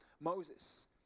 Moses